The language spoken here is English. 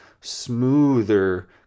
smoother